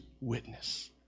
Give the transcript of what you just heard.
witness